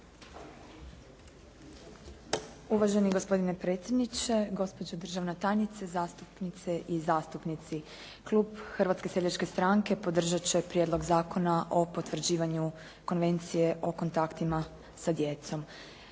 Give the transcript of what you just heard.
Uvaženi gospodine predsjedniče, gospođo državna tajnice, zastupnice i zastupnici. Klub Hrvatske seljačke stranke podržati će Prijedlog zakona o potvrđivanju Konvencije o kontaktima sa djecom.